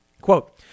Quote